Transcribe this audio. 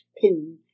pin